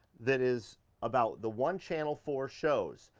that is about the one channel four shows.